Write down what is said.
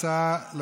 התשע"ח 2018,